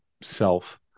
self